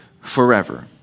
forever